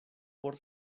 por